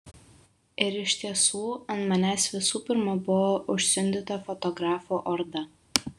ir iš tiesų ant manęs visų pirma buvo užsiundyta fotografų orda